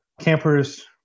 campers